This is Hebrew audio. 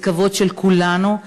זה הכבוד של כולנו.